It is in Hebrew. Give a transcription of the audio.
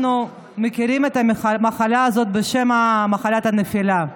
אנחנו מכירים את המחלה הזאת בשם מחלת הנפילה.